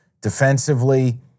Defensively